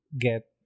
get